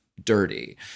dirty